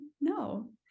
no